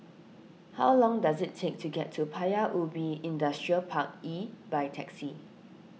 how long does it take to get to Paya Ubi Industrial Park E by taxi